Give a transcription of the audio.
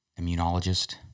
immunologist